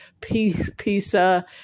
pizza